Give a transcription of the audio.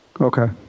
Okay